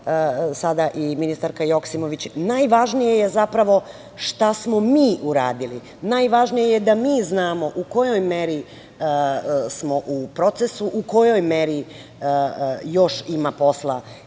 sada i ministarka Joksimović. Najvažnije je šta smo mi uradili, najvažnije je da mi znamo u kojoj meri smo u procesu, u kojoj meri još ima posla